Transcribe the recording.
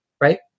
Right